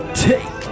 take